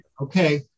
okay